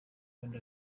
kandi